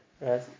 right